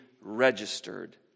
registered